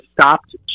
stopped